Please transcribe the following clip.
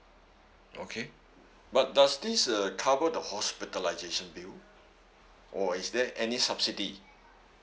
okay but does this uh cover the hospitalisation bill or is there any subsidy